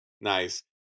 Nice